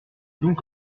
donc